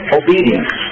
obedience